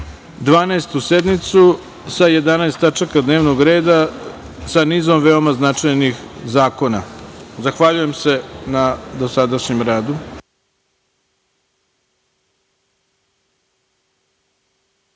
sednicu sa 11 tačaka dnevnog reda sa nizom veoma značajnih zakona. Zahvaljujem se na dosadašnjem radu.